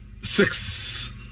six